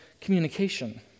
communication